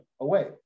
away